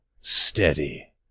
Steady